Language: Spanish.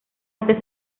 este